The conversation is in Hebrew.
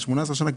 על 18 שנים,